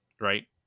right